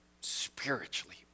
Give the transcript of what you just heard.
spiritually